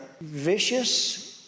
vicious